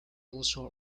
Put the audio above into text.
also